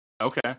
Okay